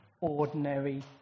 ordinary